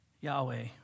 Yahweh